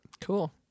Cool